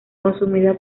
consumida